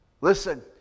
Listen